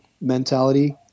mentality